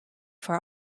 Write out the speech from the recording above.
for